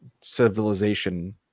civilization